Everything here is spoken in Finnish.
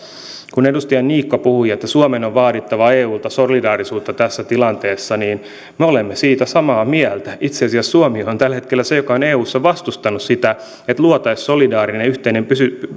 kun edustaja niikko puhui että suomen on vaadittava eulta solidaarisuutta tässä tilanteessa niin me olemme siitä samaa mieltä itse asiassa suomi on tällä hetkellä se joka on eussa vastustanut sitä että luotaisiin solidaarinen yhteinen ja